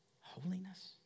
Holiness